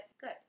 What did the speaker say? good